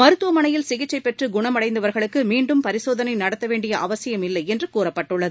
மருத்துவமனையில் சிகிச்சை பெற்று குணமடைந்தவா்களுக்கு மீண்டும் பரிசோதனை நடத்த வேண்டிய அவசியமில்லை என்று கூறப்பட்டுள்ளது